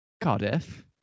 Cardiff